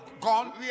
gone